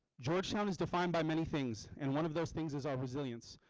georgetown is defined by many things and one of those things is our resilience.